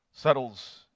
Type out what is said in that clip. settles